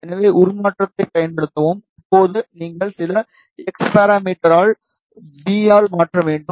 எனவே உருமாற்றத்தைப் பயன்படுத்தவும் இப்போது நீங்கள் சில x பாராமீட்டரால் V இல் மாற்ற வேண்டும்